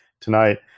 tonight